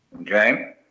Okay